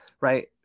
right